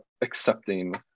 accepting